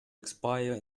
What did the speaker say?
expire